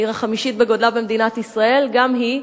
העיר החמישית בגודלה במדינת ישראל, גם היא,